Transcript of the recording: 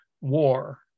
war